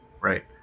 right